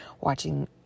watching